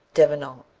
devenant.